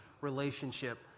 relationship